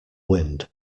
wind